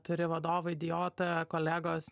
turi vadovą idiotą kolegos